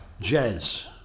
jazz